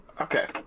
Okay